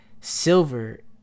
Silver